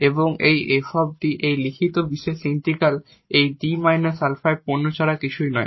এবং এই 𝑓 𝐷 এ লিখিত পার্টিকুলার ইন্টিগ্রাল এই 𝐷 − 𝛼 এর প্রোডাক্ট ছাড়া আর কিছুই নয়